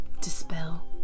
dispel